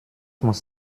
muss